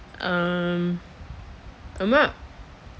um I'm not